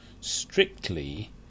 strictly